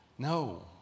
no